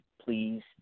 please